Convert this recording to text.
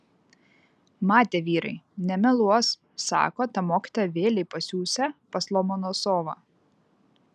matė vyrai nemeluos sako tą mokytoją vėlei pasiųsią pas lomonosovą